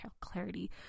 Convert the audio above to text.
clarity